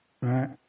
Right